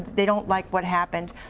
they don't like what happened.